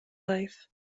life